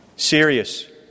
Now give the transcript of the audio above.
Serious